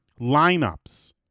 lineups